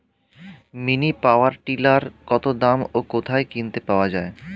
Mini power tiller কত দাম ও কোথায় কিনতে পাওয়া যায়?